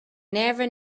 never